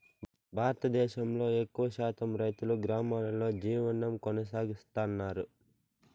భారతదేశంలో ఎక్కువ శాతం రైతులు గ్రామాలలో జీవనం కొనసాగిస్తన్నారు